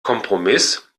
kompromiss